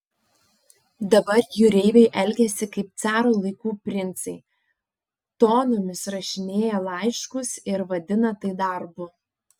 dabar jūreiviai elgiasi kaip caro laikų princai tonomis rašinėja laiškus ir vadina tai darbu